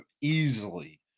easily